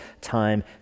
time